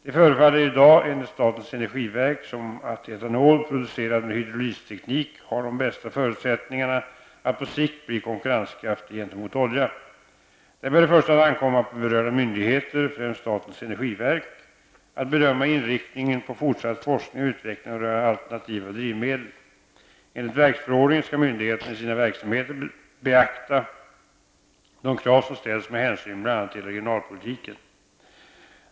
Det förefaller i dag enligt statens energiverk som att etanol producerad med hydrolysteknik har de bästa förutsättningarna att på sikt bli konkurrenskraftig gentemot olja. Det bör i första hand ankomma på berörda myndigheter, främst statens energiverk, att bedöma inriktningen på fortsatt forskning och utveckling rörande alternativa drivmedel. Enligt verksförordningen skall myndigheterna i sin verksamhet beakta de krav som ställs med hänsyn bl.a. till regionalpolitiken.